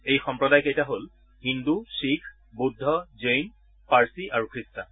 এই সম্প্ৰদায়কেইটা হ'ল হিন্দু শিখ বৌদ্ধ জৈন পাৰচী আৰু খ্ৰীষ্টান